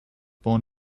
born